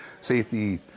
safety